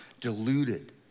deluded